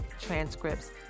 transcripts